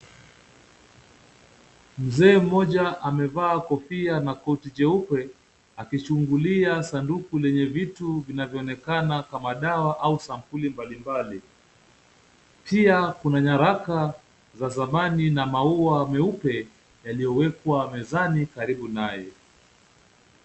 Mzee mmoja amevaa kofia na koti jeupe, akichungulia sanduku lenye vitu vinavyoonekana kama dawa au sampuli mbalimbali, pia kuna nyaraka za zamani na maua meupe, yaliyowekwa mezani karibu naye.